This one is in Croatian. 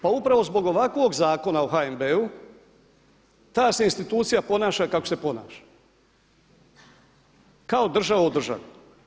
Pa upravo zbog ovakvog Zakona o HNB-u ta se institucija ponaša kako se ponaša kao država u državi.